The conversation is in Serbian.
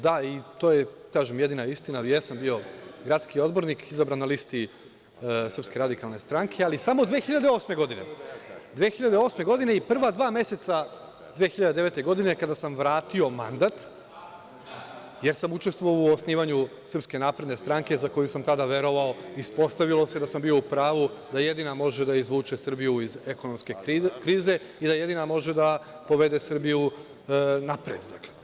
Da, jesam bio gradski odbornik, izabran na listi Srpske radikalne stranke, ali samo 2008. godine i prva dva meseca 2009. godine, kada sam vratio mandat, jer sam učestvovao u osnivanju Srpske napredne stranke, za koju sam tada verovao, ispostavilo se da sam bio u pravu, da jedina može da izvuče Srbiju iz ekonomske krize i da jedina može da povede Srbiju napred.